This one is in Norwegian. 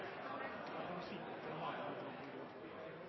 har gjort. Det